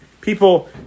People